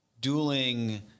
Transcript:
dueling